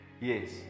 Yes